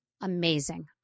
amazing